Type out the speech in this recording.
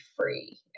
free